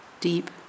deep